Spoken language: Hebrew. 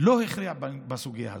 לא הכריע בסוגיה הזאת.